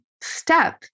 step